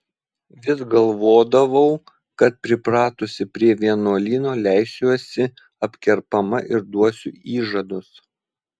vis galvodavau kad pripratusi prie vienuolyno leisiuosi apkerpama ir duosiu įžadus